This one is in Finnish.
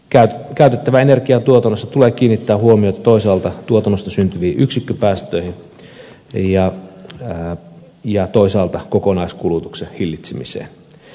käytettävän energian tuotannossa tulee kiinnittää huomiota toisaalta tuotannosta syntyviin yksikköpäästöihin ja toisaalta kokonaiskulutuksen hillitsemiseen